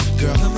girl